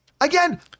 Again